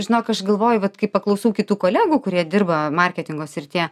žinok aš galvoju vat kai paklausau kitų kolegų kurie dirba marketingo srityje